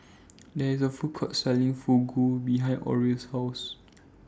There IS A Food Court Selling Fugu behind Orie's House